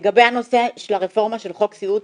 לגבי הנושא של הרפורמה של חוק הסיעוד,